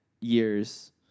years